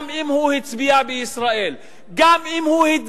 גם אם הוא הצביע בישראל,